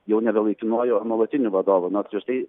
jau nebe laikinuoju o nuolatiniu vadovu nors prieš tai